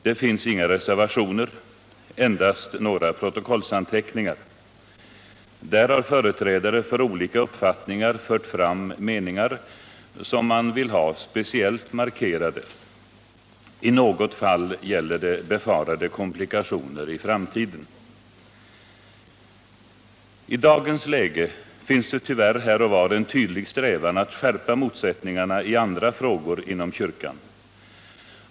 Det finns inga reservationer, endast några protokollsanteckningar. Där har företrädare för olika uppfattningar fört fram meningar, som man vill ha speciellt markerade. I något fall gäller det befarade komplikationer i framtiden. I dagens läge finns det tyvärr här och var en tydlig strävan att skärpa motsättningarna i andra frågor inom kyrkan.